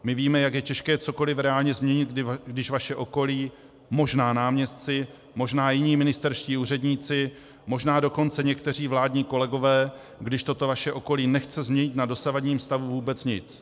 My víme, jak je těžké cokoliv reálně změnit, když vaše okolí, možná náměstci, možná jiní ministerští úředníci, možná dokonce někteří vládní kolegové, když toto vaše okolí nechce změnit na dosavadním stavu vůbec nic.